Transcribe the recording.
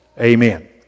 amen